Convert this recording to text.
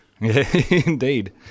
Indeed